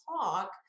talk